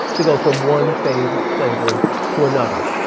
to go from one phase of slavery to another.